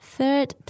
Third